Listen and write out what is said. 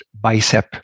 bicep